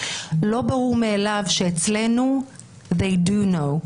לא ברור מאליו שאצלנו They do know.